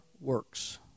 works